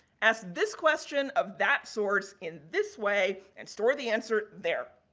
ask this question of that source in this way and store the answer there.